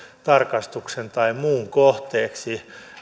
tarkastuksen tai muun kohteeksi